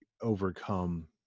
overcome